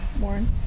Warren